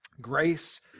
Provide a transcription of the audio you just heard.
Grace